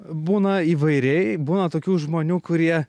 būna įvairiai būna tokių žmonių kurie